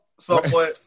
Somewhat